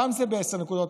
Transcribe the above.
פעם זה בעשר נקודות,